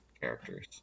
characters